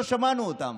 לא שמענו אותם.